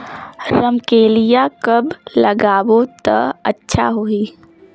रमकेलिया कब लगाबो ता अच्छा होही?